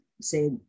say